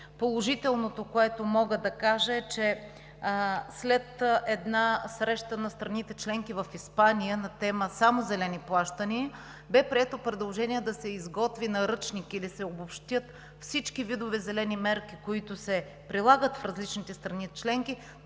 Положителното, което мога да кажа, е, че след една среща на страните членки в Испания на тема само зелени плащания, бе прието предложение да се изготви наръчник или се обобщят всички видове зелени мерки, които се прилагат в различните страни членки,